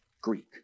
Greek